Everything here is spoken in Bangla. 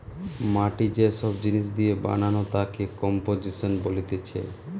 মাটি যে সব জিনিস দিয়ে বানানো তাকে কম্পোজিশন বলতিছে